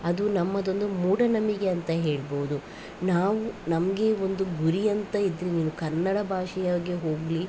ಅದು ನಮ್ಮದೊಂದು ಮೂಢನಂಬಿಕೆ ಅಂತ ಹೇಳ್ಬಹುದು ನಾವು ನಮಗೆ ಒಂದು ಗುರಿ ಅಂತ ಇದ್ರೆ ನೀವು ಕನ್ನಡ ಭಾಷೆಯಾಗಿ ಹೋಗಲಿ